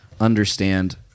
understand